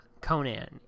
Conan